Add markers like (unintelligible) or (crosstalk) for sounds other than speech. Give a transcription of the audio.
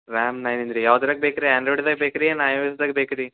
RAM nine ಇದು ರೀ ಯಾವ್ದ್ರಾಗ ಬೇಕು ರೀ ಆಂಡ್ರಾಯ್ಡ್ದಾಗ ಬೇಕು ರೀ ಏನು (unintelligible) ಬೇಕು ರೀ